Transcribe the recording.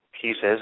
pieces